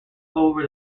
over